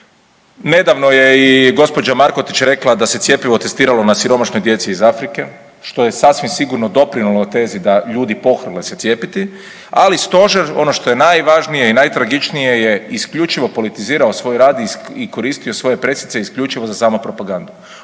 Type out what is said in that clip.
Nedavno je i gđa. Markotić rekla da se cjepivo testiralo na siromašnoj djeci iz Afrike, što je sasvim sigurno doprinjelo tezi da ljudi pohrle se cijepiti, ali stožer ono što je najvažnije i najtragičnije je isključivo politizirao svoj rad i koristio svoje pressice isključivo za samo propagandu.